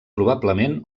probablement